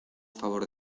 favor